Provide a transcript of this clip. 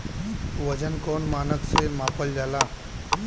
वजन कौन मानक से मापल जाला?